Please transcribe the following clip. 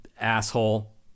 asshole